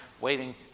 waiting